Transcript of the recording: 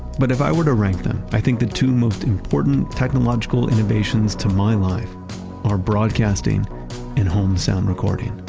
but if i were to rank them, i think the two most important technological innovations to my life are broadcasting and home sound recording.